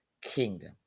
kingdom